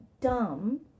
dumb